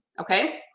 okay